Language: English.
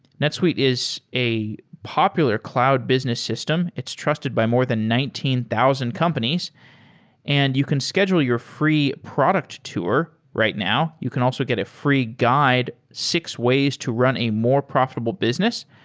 netsuite is a popular cloud business system. it's trusted by more than nineteen thousand companies and you can schedule your free product tour right now. you can also get a free guide six ways to run a more profitable business,